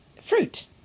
fruit